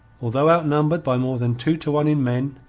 although outnumbered by more than two to one in men,